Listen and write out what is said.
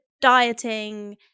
dieting